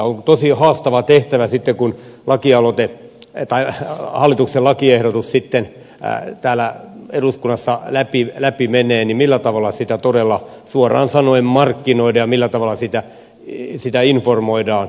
on tosi haastava tehtävä sitten kun hallituksen lakiehdotus sitten täällä eduskunnassa läpi menee millä tavalla sitä todella suoraan sanoen markkinoidaan ja millä tavalla siitä informoidaan